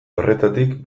horretatik